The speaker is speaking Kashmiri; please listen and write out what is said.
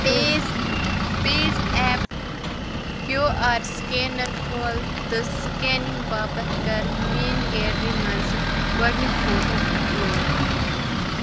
پیِز پیِز ایپ کیوٗ آر سکینَر کھول تہٕ سکینِگ باپتھ کَر میٲنۍ گیلری منٛز گۄڈٕنیُک فوٹو اپ لوڈ